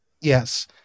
Yes